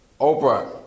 Oprah